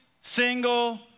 single